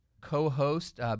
Co-host